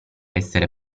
essere